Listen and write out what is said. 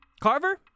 Carver